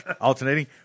Alternating